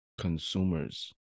consumers